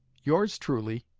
yours truly,